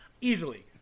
Easily